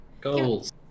goals